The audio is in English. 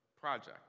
project